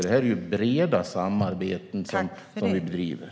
Det är breda samarbeten som vi bedriver.